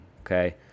okay